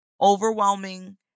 overwhelming